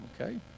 okay